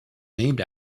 named